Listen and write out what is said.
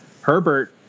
Herbert